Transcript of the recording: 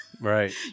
Right